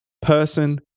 Person